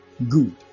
good